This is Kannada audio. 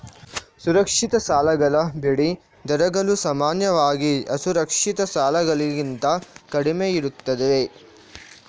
ಸುರಕ್ಷಿತ ಸಾಲಗಳ ಬಡ್ಡಿ ದರಗಳು ಸಾಮಾನ್ಯವಾಗಿ ಅಸುರಕ್ಷಿತ ಸಾಲಗಳಿಗಿಂತ ಕಡಿಮೆಯಿರುತ್ತವೆ